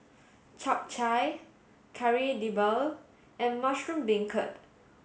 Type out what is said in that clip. Chap Chai Kari Debal and mushroom beancurd